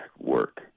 work